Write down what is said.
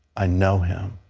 i know him.